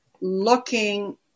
looking